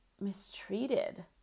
mistreated